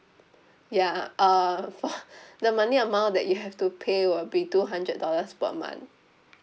ya uh for the monthly amount that you have to pay will be two hundred dollars per month